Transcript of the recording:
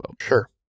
Sure